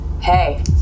Hey